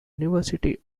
university